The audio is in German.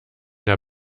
der